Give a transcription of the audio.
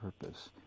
purpose